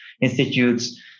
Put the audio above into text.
institutes